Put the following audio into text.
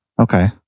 Okay